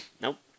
Nope